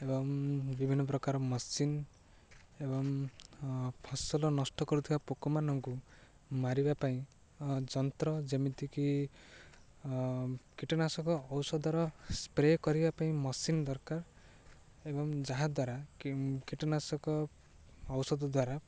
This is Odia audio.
ଏବଂ ବିଭିନ୍ନ ପ୍ରକାର ମେସିନ୍ ଏବଂ ଫସଲ ନଷ୍ଟ କରୁଥିବା ପୋକମାନଙ୍କୁ ମାରିବା ପାଇଁ ଯନ୍ତ୍ର ଯେମିତିକି କୀଟନାଶକ ଔଷଧର ସ୍ପ୍ରେ କରିବା ପାଇଁ ମେସିନ୍ ଦରକାର ଏବଂ ଯାହାଦ୍ୱାରା କୀଟନାଶକ ଔଷଧ ଦ୍ୱାରା